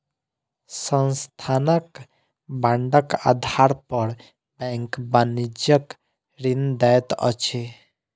संस्थानक बांडक आधार पर बैंक वाणिज्यक ऋण दैत अछि